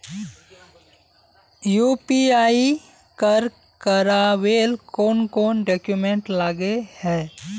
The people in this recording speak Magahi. यु.पी.आई कर करावेल कौन कौन डॉक्यूमेंट लगे है?